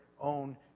own